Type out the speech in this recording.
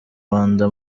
rwanda